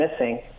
missing